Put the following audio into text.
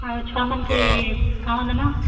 ଆଉ ଛୁଆମାନ୍କେ କା'ଣା ଦେମା